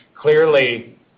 Clearly